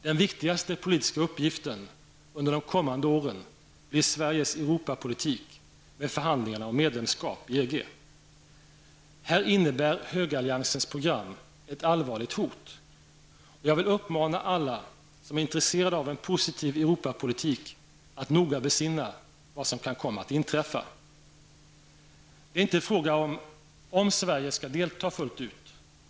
Den viktigaste politiska uppgiften under de kommande åren blir Sveriges Europapolitik med förhandlingarna om medlemskap i EG. Här innebär högeralliansens program ett allvarligt hot. Jag vill uppmana alla som är intresserade av en positiv Europapolitik att noga besinna vad som kan komma att inträffa. Det är nu inte en fråga om Sverige skall delta fullt ut.